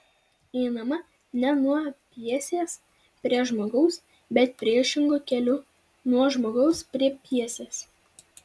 einama ne nuo pjesės prie žmogaus bet priešingu keliu nuo žmogaus prie pjesės